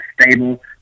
stable